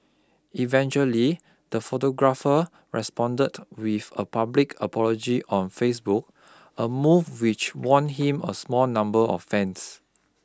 eventually the photographer responded with a public apology on Facebook a move which won him a small number of fans